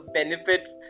benefits